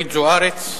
אורית זוארץ.